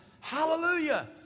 Hallelujah